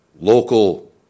local